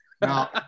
Now